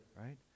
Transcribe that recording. right